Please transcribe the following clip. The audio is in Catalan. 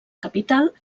capital